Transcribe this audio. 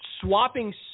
swapping